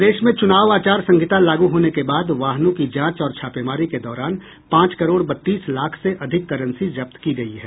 प्रदेश में चुनाव आचार संहिता लागू होने के बाद वाहनों की जांच और छापेमारी के दौरान पांच करोड़ बत्तीस लाख से अधिक करेंसी जब्त की गयी है